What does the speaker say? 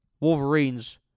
Wolverines